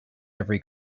every